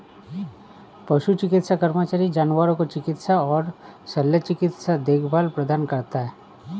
पशु चिकित्सा कर्मचारी जानवरों को चिकित्सा और शल्य चिकित्सा देखभाल प्रदान करता है